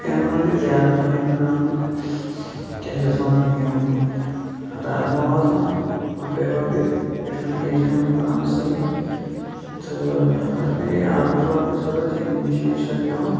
شُپیَنَس مَنٛز چھِ زیادٕ پَہَن یہِ بَناوان کیٛاہ چھِ اتھ وَنان یِم رازمہَ وازمہَ مَکٲے وَکٲے پٮ۪ٹھمٮ۪ن ایریا ہَن مَنٛز بَناوان سوے تہٕ اَتھ مَنٛز چھِ پیٚوان یِہے آبٕچ وابٕچ ضرورت یِم یِم چیٖز چھِ اَتھ پیٚوان